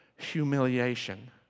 humiliation